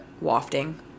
wafting